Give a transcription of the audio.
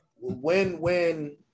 Win-win